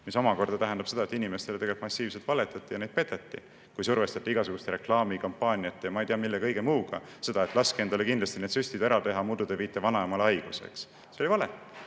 See omakorda tähendab seda, et inimestele tegelikult massiivselt valetati ja neid peteti, kui igasuguste reklaamikampaaniate ja ma ei tea mille kõige muuga survestati, et laske endale kindlasti need süstid ära teha, muidu te viite vanaemale haiguse. Eks. See oli vale